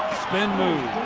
spin move.